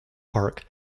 park